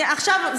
הר-הבית.